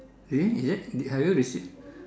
eh is it have you receive